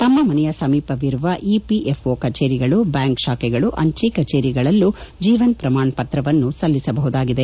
ತಮ್ನ ಮನೆಯ ಸಮೀಪವಿರುವ ಇಪಿಎಫ್ಓ ಕಚೇರಿಗಳು ಬ್ಲಾಂಕ್ ಶಾಖೆಗಳು ಅಂಚೆ ಕಚೇರಿಗಳಲ್ಲೂ ಜೀವನ್ ಪ್ರಮಾಣಪತ್ರವನ್ನು ಸಲ್ಲಿಸಬಹುದಾಗಿದೆ